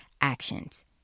actions